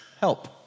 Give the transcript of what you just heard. Help